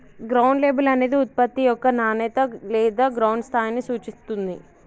ground label అనేది ఉత్పత్తి యొక్క నాణేత లేదా గ్రౌండ్ స్థాయిని సూచిత్తుంది